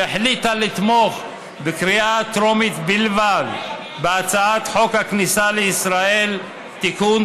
שהחליטה לתמוך בקריאה הטרומית בלבד בהצעת חוק הכניסה לישראל (תיקון,